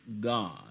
God